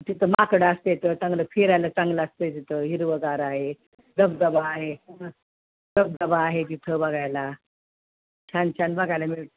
तिथं माकडं असतात चांगलं फिरायला चांगलं असं तिथं हिरवंगार आहे धबधबा आहे धबधबा आहे तिथं बघायला छान छान बघायला मिळतं